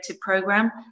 program